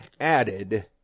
added